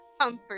comfort